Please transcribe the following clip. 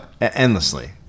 Endlessly